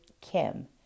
Kim